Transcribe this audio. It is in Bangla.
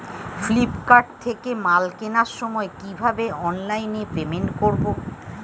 ফ্লিপকার্ট থেকে মাল কেনার সময় কিভাবে অনলাইনে পেমেন্ট করব?